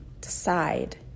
decide